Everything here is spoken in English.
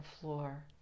floor